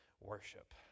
worship